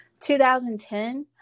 2010